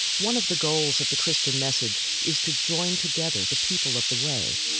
one of the goals of the christian message is to join together the people of the way,